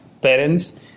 parents